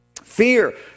fear